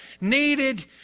needed